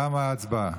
תמה ההצבעה.